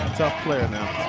tough player.